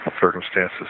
circumstances